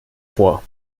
vor